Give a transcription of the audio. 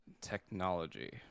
technology